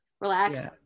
relax